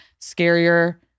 scarier